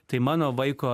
tai mano vaiko